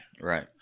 Right